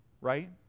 right